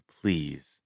please